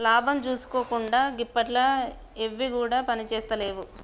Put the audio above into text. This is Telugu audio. లాభం జూసుకోకుండ గిప్పట్ల ఎవ్విగుడ పనిజేత్తలేవు